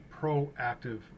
proactive